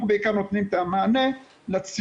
אנחנו בעיקר נותנים את המענה לציבור